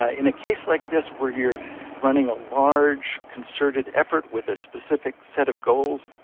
ah in a case like this where you're running a large concerted effort with a specific set of goals,